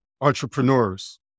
entrepreneurs